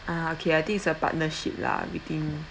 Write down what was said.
ah okay I think it's a partnership lah within